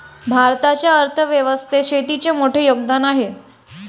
भारताच्या अर्थ व्यवस्थेत शेतीचे मोठे योगदान आहे